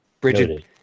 Bridget